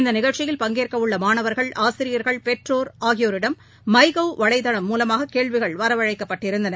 இந்தநிகழ்ச்சியில் பங்கேற்கவுள்ளமாணவர்கள் ஆசிரியர்கள் பெற்றோர் ஆகியோரிடம் மைகவ் வலைதளம் மூலமாககேள்விகள் வரவழைக்கப்பட்டிருந்தன